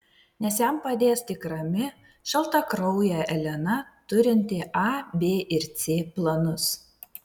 nes jam padės tik rami šaltakraujė elena turinti a b ir c planus